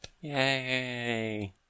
Yay